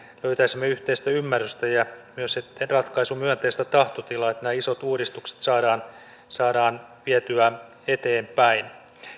löytäisimme yhteistä ymmärrystä ja myös ratkaisumyönteistä tahtotilaa että nämä isot uudistukset saadaan saadaan vietyä eteenpäin